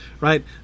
right